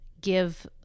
give